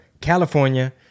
California